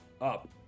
up